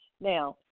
Now